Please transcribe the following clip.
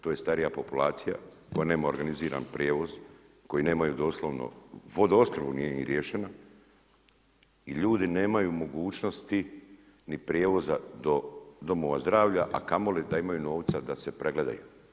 To je starija populacija koja nema organiziran prijevoz, koji nemaju doslovno, vodoopskrba ima nije riješena i ljudi nemaju mogućnosti ni prijevoza do Domova zdravlja a kamoli da imaju novca da se pregledaju.